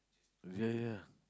ya ya